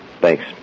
Thanks